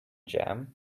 jam